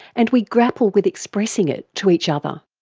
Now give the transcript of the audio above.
and we grapple with expressing it to each other.